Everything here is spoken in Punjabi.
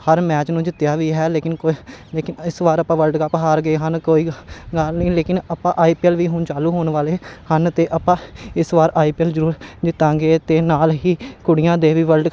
ਹਰ ਮੈਚ ਨੂੰ ਜਿੱਤਿਆ ਵੀ ਹੈ ਲੇਕਿਨ ਕੁ ਲੇਕਿਨ ਇਸ ਵਾਰ ਆਪਾਂ ਵਲਡ ਕੱਪ ਹਾਰ ਗਏ ਹਨ ਕੋਈ ਗੱਲ ਨਹੀਂ ਲੇਕਿਨ ਆਪਾਂ ਆਈ ਪੀ ਐੱਲ ਵੀ ਹੁਣ ਚਾਲੂ ਹੋਣ ਵਾਲੇ ਹਨ ਅਤੇ ਆਪਾਂ ਇਸ ਵਾਰ ਆਈ ਪੀ ਐੱਲ ਜ਼ਰੂਰ ਜਿੱਤਾਂਗੇ ਅਤੇ ਨਾਲ ਹੀ ਕੁੜੀਆਂ ਦੇ ਵੀ ਵਲਡ ਕ